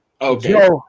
okay